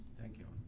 thank you.